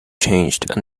changed